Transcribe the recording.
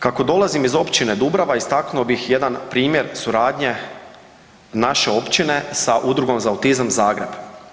Kako dolazim iz općine Dubrava istaknuo bih jedan primjer suradnje naše općine sa Udrugom za autizam Zagreb.